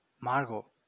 margot